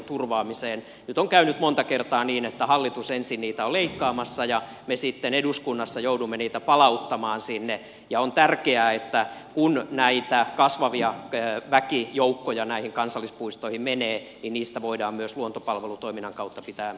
nyt on käynyt monta kertaa niin että hallitus ensin niitä on leikkaamassa ja me sitten eduskunnassa joudumme niitä palauttamaan sinne ja on tärkeää että kun näitä kasvavia väkijoukkoja näihin kansallispuistoihin menee niin niistä voidaan myös luontopalvelutoiminnan kautta pitää hyvää huolta